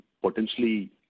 potentially